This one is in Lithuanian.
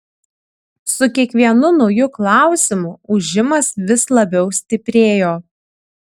su kiekvienu nauju klausimu ūžimas vis labiau stiprėjo